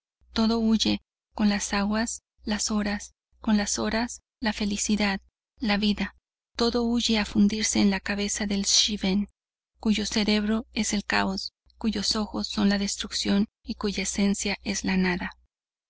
todo huye con las aguas las horas con las horas la felicidad la vida todo huye a fundirse en la cabeza de schiven cuyo cerebro es el caos cuyos ojos son la destrucción y cuya esencia es la nada